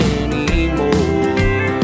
anymore